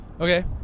Okay